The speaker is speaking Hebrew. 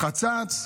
החצץ,